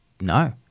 no